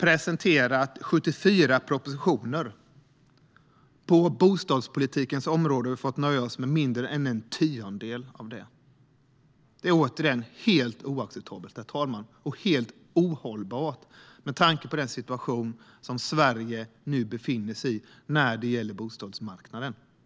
presenterat 74 propositioner - på bostadspolitikens område har vi fått nöja oss med mindre än en tiondel av det. Herr talman! Detta är, återigen, helt oacceptabelt och helt ohållbart, med tanke på den situation som Sverige nu befinner sig i när det gäller bostadsmarknaden.